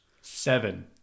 Seven